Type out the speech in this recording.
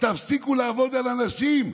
תפסיקו לעבוד על אנשים,